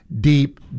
deep